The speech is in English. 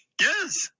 Yes